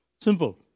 Simple